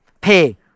pay